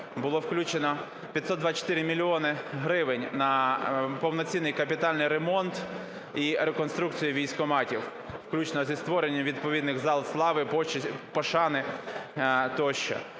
було включено 524 мільйони гривень на повноцінний капітальний ремонт і реконструкцію військкоматів, включно зі створенням відповідних зал слави, пошани тощо.